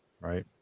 Right